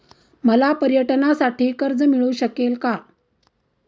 मला पर्यटनासाठी कर्ज मिळू शकेल का?